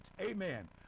Amen